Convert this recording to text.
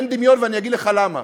אין דמיון, ואני אגיד לך למה,